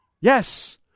Yes